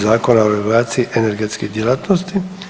Zakona o regulaciji energetskih djelatnosti.